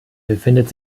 befindet